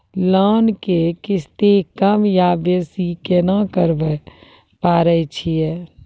Loan के किस्ती कम या बेसी केना करबै पारे छियै?